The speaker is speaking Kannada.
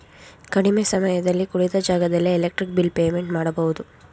ಕಡಿಮೆ ಸಮಯದಲ್ಲಿ ಕುಳಿತ ಜಾಗದಲ್ಲೇ ಎಲೆಕ್ಟ್ರಿಕ್ ಬಿಲ್ ಪೇಮೆಂಟ್ ಮಾಡಬಹುದು